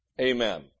Amen